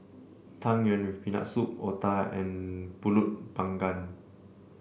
Tang Yuen with Peanut Soup Otah and pulut Panggang